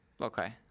Okay